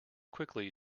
quickly